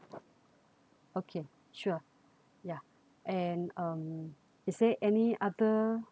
okay sure yeah and um is there any other